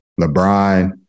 LeBron